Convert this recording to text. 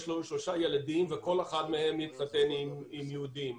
יש לו שלושה ילדים וכל אחד מהם התחתן עם יהודים,